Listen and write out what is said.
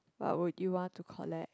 what would you want to collect